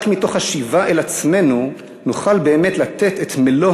רק מתוך השיבה אל עצמנו נוכל באמת לתת את מלוא